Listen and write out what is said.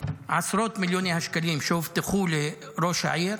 עשרות מיליוני השקלים שהובטחו לראש העיר,